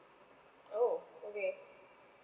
oh okay